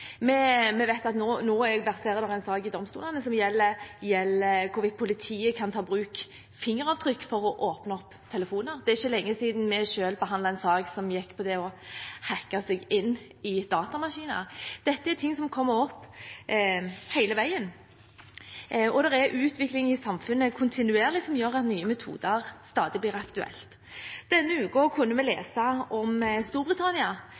Vi vet at nå verserer det en sak i domstolene som gjelder hvorvidt politiet kan ta i bruk fingeravtrykk for å åpne opp telefoner. Det er ikke lenge siden vi selv behandlet en sak som gikk på det å hacke seg inn i datamaskiner. Dette er ting som kommer opp hele veien, og det er kontinuerlig utvikling i samfunnet som gjør at nye metoder stadig blir aktuelle. Denne uken kunne vi lese om Storbritannia,